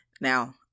Now